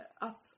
up